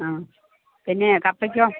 ആ പിന്നെ കപ്പയ്ക്കോ